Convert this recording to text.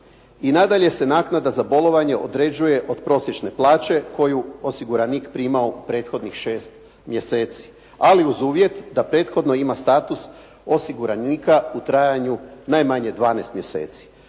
I nadalje se naknada za bolovanje određuje od prosječne plaće koju je osiguranik primao u prethodnih 6 mjeseci, ali uz uvjet da prethodno ima status osiguranika u trajanju najmanje 12 mjeseci.